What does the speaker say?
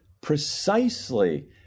precisely